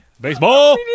Baseball